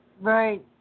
Right